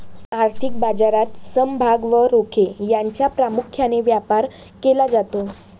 आर्थिक बाजारात समभाग व रोखे यांचा प्रामुख्याने व्यापार केला जातो